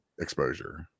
exposure